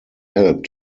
help